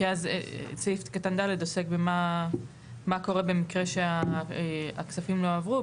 כי אז סעיף קטן ד' עוסק במה קורה במקרה שהכספים לא עברו.